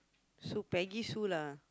so Peggy Sue lah